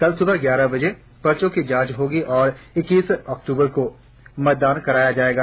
कल सुबह ग्यारह बजे पर्चो की जांच होगी और इक्कीस अक्टूबर को मतदान कराया जायेगा